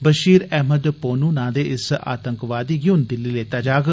बषीर अहमद पोन्नू नां दे इस आतंकवादी गी हून दिल्ली लेता जाग